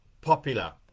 popular